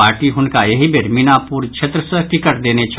party हुनका एहि बेर मीनापुर क्षेत्र सँ टिकट देने छल